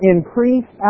Increase